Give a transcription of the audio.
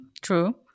True